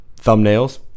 thumbnails